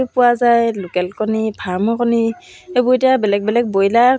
ৰাগিনী creation বুলি তাত মই চিলাই